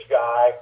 guy